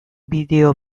bideo